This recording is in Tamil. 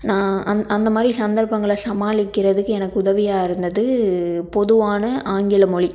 நான் அந் அந்த மாதிரி சந்தர்ப்பங்களை சமாளிக்கிறதுக்கு எனக்கு உதவியாக இருந்தது பொதுவான ஆங்கில மொழி